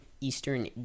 Eastern